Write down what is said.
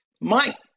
Mike